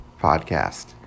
Podcast